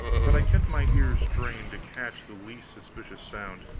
but i kept my ears strained to catch the least suspicious sound,